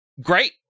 great